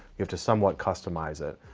you have to somewhat customize it.